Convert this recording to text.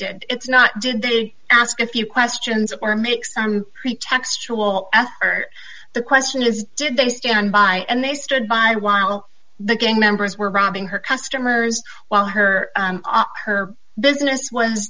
did it's not did they ask a few questions are mixed i'm pretextual asked the question is did they stand by and they stood by while the gang members were grabbing her customers while her and her business was